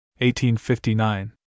1859